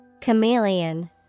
Chameleon